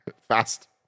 Fast